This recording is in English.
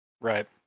Right